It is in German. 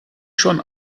schon